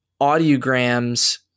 audiograms